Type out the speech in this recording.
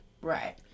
Right